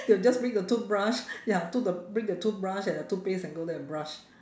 they will just bring a toothbrush ya to the bring the toothbrush and the toothpaste and go there and brush